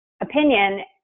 opinion